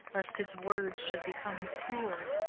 lest his words should become cruel.